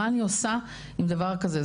מה אני עושה עם דבר כזה?